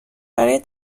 برای